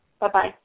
Bye-bye